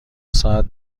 ساعت